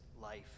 life